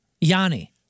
Yanni